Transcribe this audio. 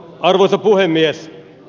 arvoisa puhemies